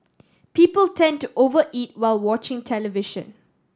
people tend to over eat while watching television